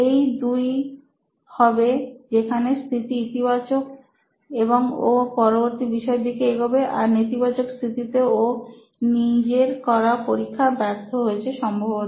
এই 2 হবে যেখানে স্থিতি ইতিবাচক এবং ও পরবর্তী বিষয়ের দিকে এগোবে আর নেতিবাচক স্থিতিতে ও নিজের করা পরীক্ষায় ব্যর্থ হয়েছে সম্ভবত